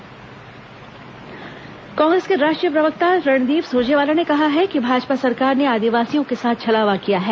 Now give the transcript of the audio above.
सुरजेवाला प्रेसवार्ता कांग्रेस के राष्ट्रीय प्रवक्ता रणदीप सुरजेवाला ने कहा है कि भाजपा सरकार ने आदिवासियों के साथ छलावा किया है